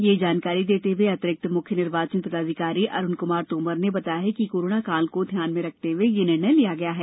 यह जानकारी देते हए अतिरिक्त मुख्य निर्वाचन पदाधिकारी अरुण कुमार तोमर ने बताया कि कोरोना काल को ध्यान में रखते हुए यह निर्णय लिया गया है